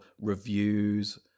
reviews